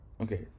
Okay